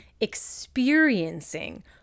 experiencing